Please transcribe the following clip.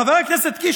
חבר הכנסת קיש,